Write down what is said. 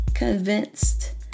convinced